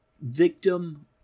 victim